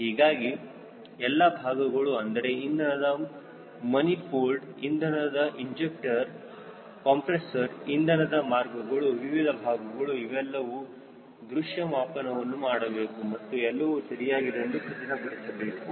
ಹೀಗಾಗಿ ಎಲ್ಲಾ ಭಾಗಗಳು ಅಂದರೆ ಇಂಧನದ ಮನಿಫಾಲ್ಡ್ ಇಂಧನದ ಇಂಜೆಕ್ಟರ್ ಕಂಪ್ರೆಸರ್ ಇಂಧನದ ಮಾರ್ಗಗಳು ವಿವಿಧ ಮಾರ್ಗಗಳು ಇವೆಲ್ಲವುಗಳ ದೃಶ್ಯ ಮಾಪನವನ್ನು ಮಾಡಬೇಕು ಮತ್ತು ಎಲ್ಲವೂ ಸರಿಯಾಗಿದೆ ಎಂದು ಖಚಿತಪಡಿಸಬೇಕು